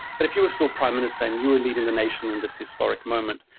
but if you were still prime minister and you are leading the nation in this historic moment,